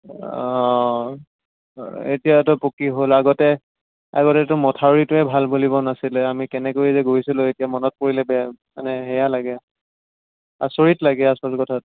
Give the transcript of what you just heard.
অঁ এতিয়াতো পকী হ'ল আগতে আগতেতো মথাউৰিটোৱে ভাল বুলিব নাছিলে আমি কেনেকৈ যে গৈছিলোঁ এতিয়া মনত পৰিলে বেয়া মানে সেয়া লাগে আচৰিত লাগে আচল কথাত